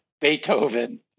Beethoven